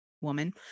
woman